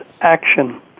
action